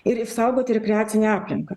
ir išsaugoti rekreacinę aplinką